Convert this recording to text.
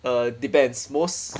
err depends most